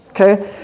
Okay